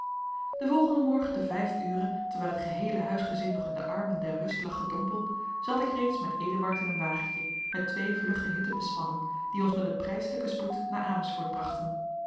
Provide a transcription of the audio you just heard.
den volgenden morgen te vijf ure terwijl het geheele huisgezin nog in de armen der rust lag gedompeld zat ik reeds met eduard in een wagentje met twee vlugge hitten bespannen die ons met een prijselijken spoed naar amersfoort brachten